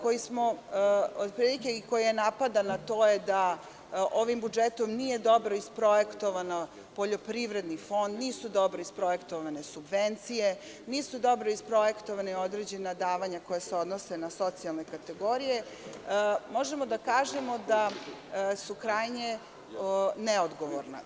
Onaj deo koji je napadan, a to je da ovim budžetom nije dobro isprojektovan poljoprivredni fond, nisu dobro isprojektovane subvencije, nisu dobro isprojektovane određena davanja, koja se odnose na socijalne kategorije, možemo da kažemo da su krajnje neodgovorna.